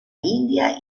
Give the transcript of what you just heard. india